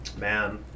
man